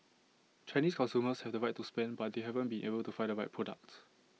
Chinese consumers have the money to spend but they haven't been able to find the right product